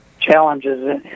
challenges